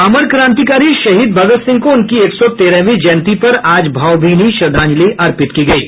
अमर क्रांतिकारी शहीद भगत सिंह को उनकी एक सौ तेरहवीं जयंती पर आज भावभीनी श्रद्धांजलि अर्पित की गयी है